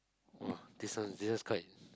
!wah! this one this one's quite